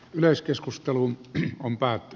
yleiskeskusteluun compact